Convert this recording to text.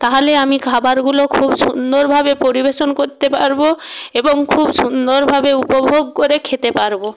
তাহলে আমি খাবারগুলো খুব সুন্দরভাবে পরিবেশন করতে পারবো এবং খুব সুন্দরভাবে উপভোগ করে খেতে পারবো